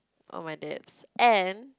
of my dad's and